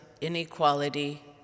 inequality